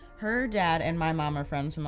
her dad and my mom were friends from,